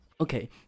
Okay